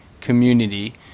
community